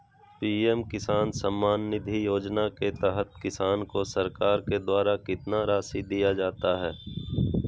PM किसान सम्मान निधि योजना के तहत किसान को सरकार के द्वारा कितना रासि दिया जाता है?